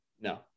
no